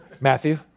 Matthew